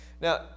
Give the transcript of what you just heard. Now